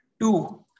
Two